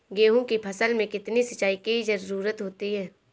गेहूँ की फसल में कितनी सिंचाई की जरूरत होती है?